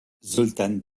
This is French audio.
zoltán